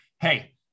hey